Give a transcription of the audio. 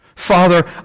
Father